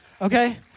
Okay